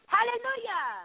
Hallelujah